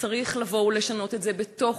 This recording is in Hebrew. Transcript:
צריך לבוא ולשנות את זה בתוך,